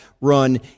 run